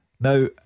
Now